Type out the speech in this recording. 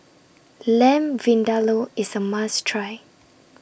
Lamb Vindaloo IS A must Try